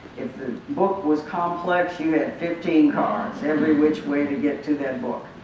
if the book was complex you had fifteen cards every which way to get to that book.